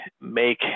make